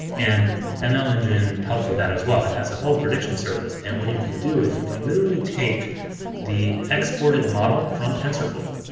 and and ml engine helps with that as well. it has a whole prediction service, and what you can do is you can literally take the exported model from tensorflow,